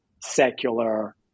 secular